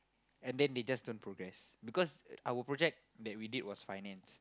and then they just don't progress because our project that we did was finance